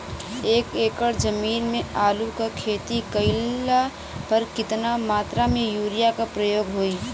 एक एकड़ जमीन में आलू क खेती कइला पर कितना मात्रा में यूरिया क प्रयोग होई?